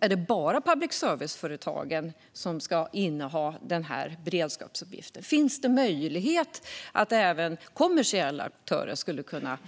Är det bara public service-företagen som ska inneha beredskapsuppgiften, eller skulle även kommersiella aktörer kunna